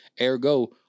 Ergo